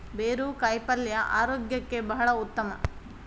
ಬೇರು ಕಾಯಿಪಲ್ಯ ಆರೋಗ್ಯಕ್ಕೆ ಬಹಳ ಉತ್ತಮ